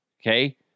okay